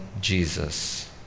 Jesus